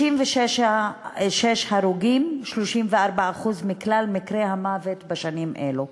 36 הרוגים, 34% מכלל מקרי המוות בשנים אלו.